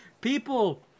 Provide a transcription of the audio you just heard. people